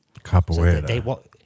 Capoeira